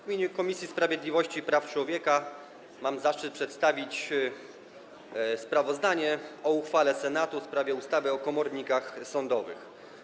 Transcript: W imieniu Komisji Sprawiedliwości i Praw Człowieka mam zaszczyt przedstawić sprawozdanie o uchwale Senatu w sprawie ustawy o komornikach sądowych.